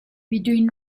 between